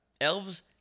elves